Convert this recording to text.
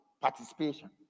participation